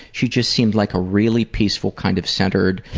she just seemed like a really peaceful kind of centered